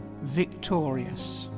victorious